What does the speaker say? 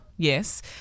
Yes